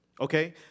okay